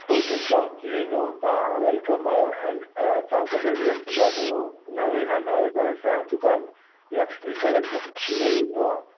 पोइ डिस्काऊंट थी वेंदो तव्हां वेलकम आहियो ऐं तव्हां कॾहिं बि अची था सघो नवें खां नवें ताईं असां जो दुकान लक्ष्मी कलेक्शन खुलियलु हूंदो आहे